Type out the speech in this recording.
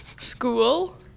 School